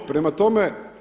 Prema tome,